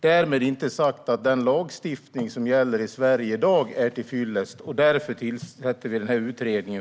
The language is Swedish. Därmed inte sagt att den lagstiftning som gäller i Sverige i dag är till fyllest. För att åtgärda detta tillsätter vi den här utredningen.